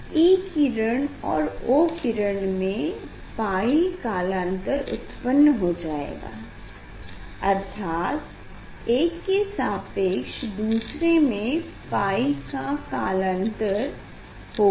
E किरण और O किरण में 𝞹 कलांतर उत्पन्न हो जाएगा अर्थात एक के सापेक्ष दूसरे में 𝞹 का कलांतर होगा